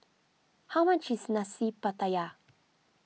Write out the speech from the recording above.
how much is Nasi Pattaya